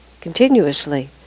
continuously